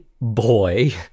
boy